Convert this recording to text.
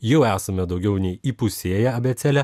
jau esame daugiau nei įpusėję abėcėlę